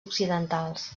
occidentals